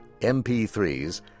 MP3s